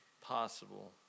possible